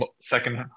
second